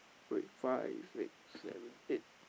wait five six seven eight